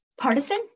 partisan